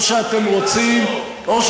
או שאתם רוצים,